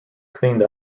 cleaned